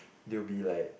they will be like